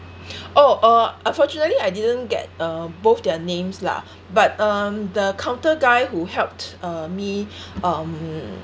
oh uh unfortunately I didn't get uh both their names lah but um the counter guy who helped uh me um